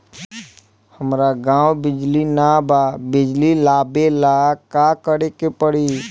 हमरा गॉव बिजली न बा बिजली लाबे ला का करे के पड़ी?